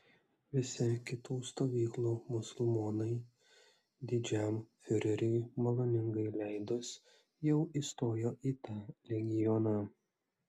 visi kitų stovyklų musulmonai didžiajam fiureriui maloningai leidus jau įstojo į tą legioną